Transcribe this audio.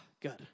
good